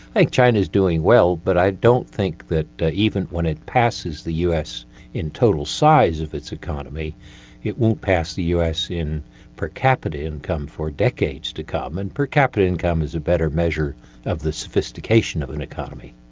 i think china is doing well but i don't think that even when it passes the us in total size of its economy it won't pass the us in per capita income for decades to come, and per capita income is a better measure of the sophistication of an economy.